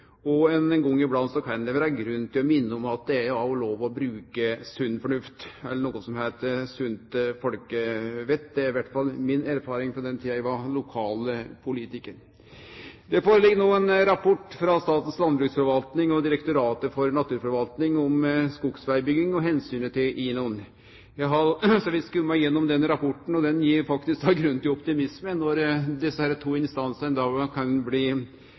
avveging. Ein gong iblant kan det vere grunn til å minne om at det òg er lov å bruke sunn fornuft eller noko som heiter sunt folkevett. Det er i alle fall mi erfaring frå den tida eg var lokalpolitikar. Det ligg no føre ein rapport frå Statens landbruksforvaltning og Direktoratet for naturforvaltning om skogsvegbygging og omsynet til INON. Eg har så vidt skumma gjennom rapporten, og han gir faktisk ein grunn til optimisme. Når desse to instansane stort sett kan bli